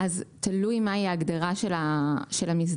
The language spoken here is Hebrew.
תלוי מהי ההגדרה של המזדמנים.